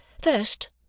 First